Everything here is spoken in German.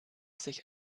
sich